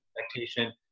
expectation